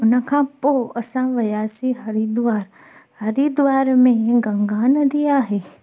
उन खां पोइ असां वियासीं हरिद्वार हरिद्वार में गंगा नदी आहे